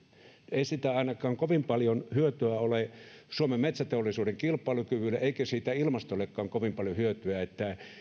ei siitä ainakaan kovin paljon hyötyä ole suomen metsäteollisuuden kilpailukyvylle eikä siitä ole ilmastollekaan kovin paljon hyötyä